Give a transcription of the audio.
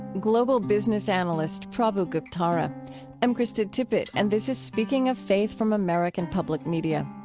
global business analyst prabhu guptara i'm krista tippett, and this is speaking of faith from american public media.